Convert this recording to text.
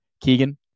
Keegan